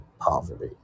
poverty